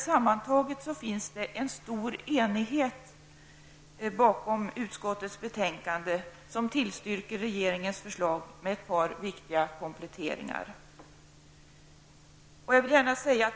Sammantaget finns det emellertid en stor enighet bakom utskottets betänkande, som tillstyrker regeringens förslag med ett par viktiga kompletteringar.